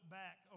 back